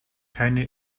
keine